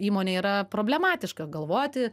įmonei yra problematiška galvoti